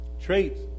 traits